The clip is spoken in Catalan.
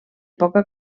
poca